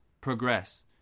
Progress